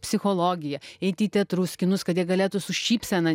psichologiją eiti į teatrus kinus kad jie galėtų su šypsena